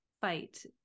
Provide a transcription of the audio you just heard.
fight